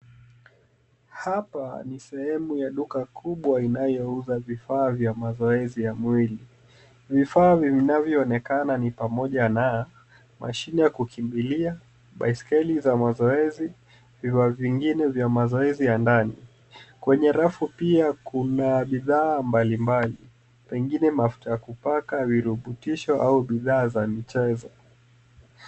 Hapa ni sehemu ya duka kubwa linalouza zifa vya mazoezi ya mwili. Zifa vinavyoonekana ni pamoja na mashine za kukimbilia, baiskeli za mazoezi, na vifaa vingine vya mazoezi ya ndani. Kwenye rafu pia kuna bidhaa mbalimbali, zikiwemo mafuta ya kupaka kwa urahisishaji wa mazoezi au bidhaa za lishe.